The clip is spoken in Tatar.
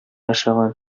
охшаган